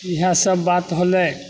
इएहसब बात होलै